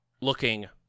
looking